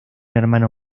hermano